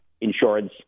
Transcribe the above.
insurance